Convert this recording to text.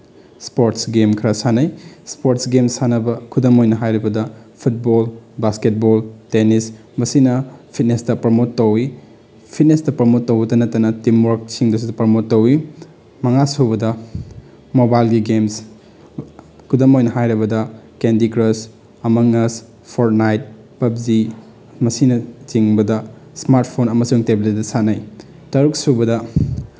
sports games ꯈꯔ ꯁꯥꯟꯅꯩ sports games ꯁꯥꯟꯅꯕ ꯈꯨꯗꯝ ꯑꯣꯏꯅ ꯍꯥꯏꯔꯕꯗ ꯐꯨꯠꯕꯣꯜ ꯕꯥꯁꯀꯦꯠꯕꯣꯜ ꯇꯦꯅꯤꯁ ꯃꯁꯤꯅ ꯐꯤꯠꯅꯦꯁꯇ ꯄ꯭ꯔꯃꯣꯠ ꯇꯧꯋꯤ ꯐꯤꯠꯅꯦꯁꯇ ꯄ꯭ꯔꯃꯣꯠ ꯇꯧꯕꯗ ꯅꯠꯇꯅ ꯇꯤꯝ ꯋꯥꯛꯁꯤꯡꯗꯁꯨ ꯄ꯭ꯔꯃꯣꯠ ꯇꯧꯋꯤ ꯃꯉꯥꯁꯨꯕꯗ ꯃꯣꯕꯥꯏꯜꯒꯤ ꯒꯦꯝꯁ ꯈꯨꯗꯝ ꯑꯣꯏꯅ ꯍꯥꯏꯔꯕꯗ Candy Crush Among Us Fortnite PUBG ꯃꯁꯤꯅꯆꯤꯡꯕꯗ ꯏꯁꯃꯥꯔꯠ ꯐꯣꯟ ꯑꯃꯁꯨꯡ ꯇꯦꯕ꯭ꯂꯦꯠꯇ ꯁꯥꯟꯅꯩ ꯇꯔꯨꯛꯁꯨꯕꯗ